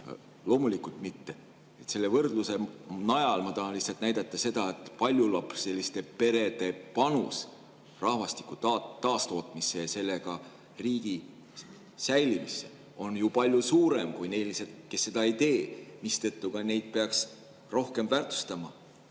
Loomulikult mitte. Selle võrdluse najal ma tahan lihtsalt näidata seda, et paljulapseliste perede panus rahvastiku taastootmisse ja sellega riigi säilimisse on palju suurem kui neil, kes seda ei tee, mistõttu neid peaks rohkem väärtustama.